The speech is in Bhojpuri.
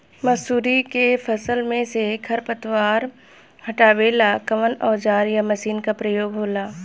मसुरी के फसल मे से खरपतवार हटावेला कवन औजार या मशीन का प्रयोंग होला?